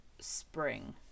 spring